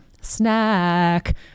snack